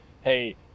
hey